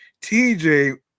TJ